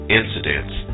incidents